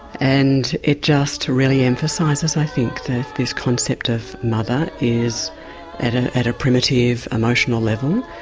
and it just really emphasises i think this concept of mother is at ah at a primitive emotional level,